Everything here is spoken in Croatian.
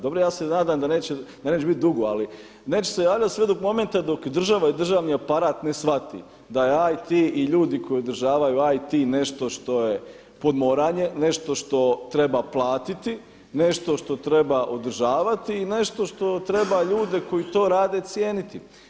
Dobro ja se nadam da neće biti dugo, ali neće se javljati sve do momenta dok država i državni aparat ne shvati da IT i ljudi koji održavaju IT nešto što je pod moranje, nešto što treba platiti, nešto što treba održavati i nešto što treba ljude koji to rade cijeniti.